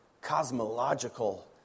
cosmological